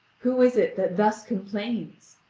who is it that thus complains?